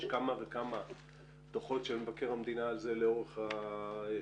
יש כמה וכמה דוחות של מבקר המדינה בנושא זה לאורך השנים.